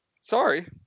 Sorry